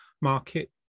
market